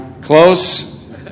close